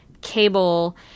cable